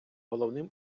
головним